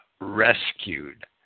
rescued